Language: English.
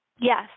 Yes